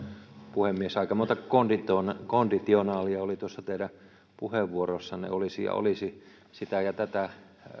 puhemies aika monta konditionaalia konditionaalia oli tuossa teidän puheenvuorossanne olisi sitä ja olisi tätä